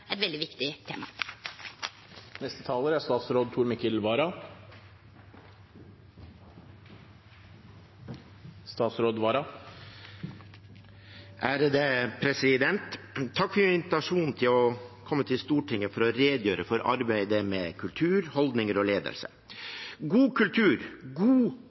veldig viktig tema. Takk for invitasjonen til å komme til Stortinget for å redegjøre for arbeidet med kultur, holdninger og ledelse. God kultur, gode holdninger og god